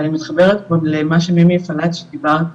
ואני מתחברת פה למה שמימי פלצ'י דיברת,